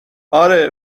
آره